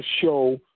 show